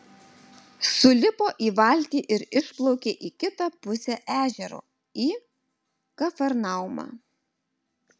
sulipo į valtį ir išplaukė į kitą pusę ežero į kafarnaumą